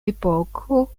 epoko